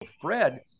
Fred